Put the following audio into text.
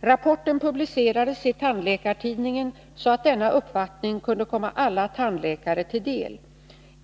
Rapporten publicerades i Tandläkartidningen, så att denna uppfattning kunde komma alla tandläkare tilldel.